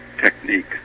technique